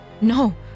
No